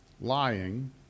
lying